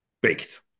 baked